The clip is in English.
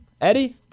Eddie